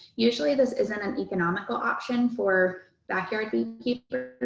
usually, this isn't an economical option for backyard beekeepers.